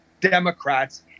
Democrats